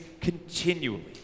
continually